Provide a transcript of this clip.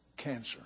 cancer